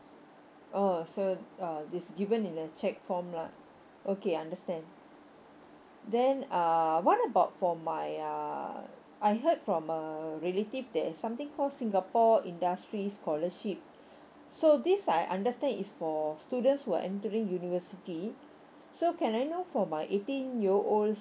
orh so uh this given in the cheque form lah okay I understand then uh what about for my uh I heard from a relative there's something call singapore industry scholarship so this I understand is for students who are entering university so can I know for my eighteen year old